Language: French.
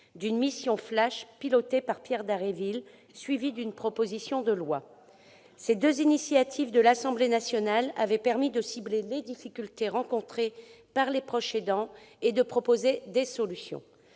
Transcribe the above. d'une « mission flash » pilotée par Pierre Dharréville, suivie d'une proposition de loi. Ces deux initiatives de l'Assemblée nationale ont permis d'identifier les difficultés rencontrées par les proches aidants et de proposer des solutions.